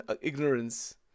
ignorance